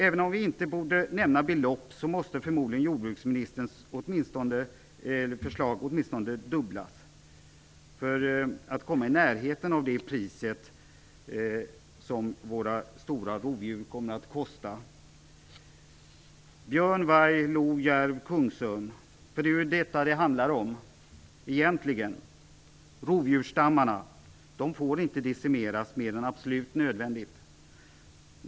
Även om vi inte borde nämna belopp, så måste förmodligen jordbruksministern åtminstone fördubbla sitt bud i förslaget, detta för att komma i närheten av det pris som våra stora rovdjur - björn, varg, lo, järv och kungsörn - kommer att kosta. Rovdjursstammarna får inte decimeras mer än vad som är absolut nödvändigt.